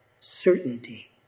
certainty